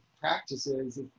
practices